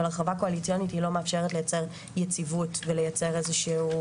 אבל הרחבה קואליציונית היא לא מאפשרת לייצר איזו שהיא